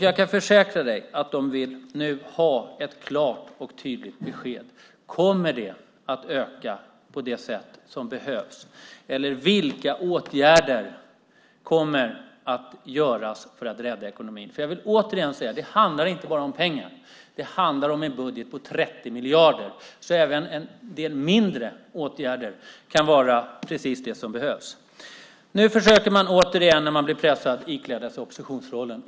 Jag kan försäkra dig om att de nu vill ha ett klart och tydligt besked. Kommer det att öka på det sätt som behövs? Vilka åtgärder kommer att göras för att rädda ekonomin? Jag vill återigen säga att det inte bara handlar om pengar. Det handlar om en budget på 30 miljarder, så även en del mindre åtgärder kan vara precis det som behövs. Nu försöker man återigen, när man blir pressad, iklä sig oppositionsrollen.